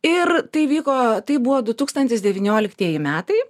ir tai vyko tai buvo du tūkstantis devynioliktieji metai